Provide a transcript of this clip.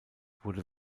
wurde